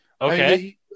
Okay